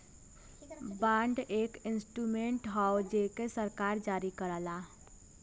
bond एक instrument हौ जेके सरकार जारी करला